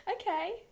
Okay